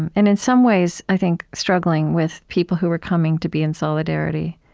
and and in some ways, i think, struggling with people who were coming to be in solidarity,